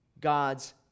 God's